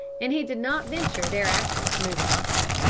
and he did not venture, thereafter, to move a muscle.